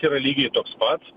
yra lygiai toks pats